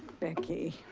becky